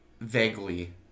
Vaguely